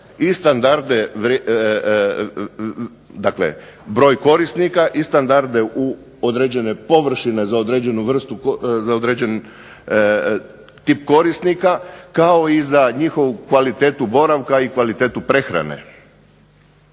i standarde dakle, broj korisnika i standarde određene površine za određen tip korisnika kao i za njihovu kvalitetu boravka i kvalitetu prehrane.